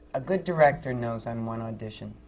a good director knows on one audition,